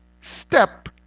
step